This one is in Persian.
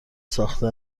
ساخته